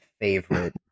favorite